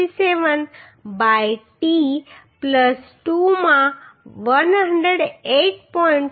67 by t 2 માં 108